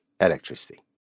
electricity